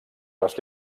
les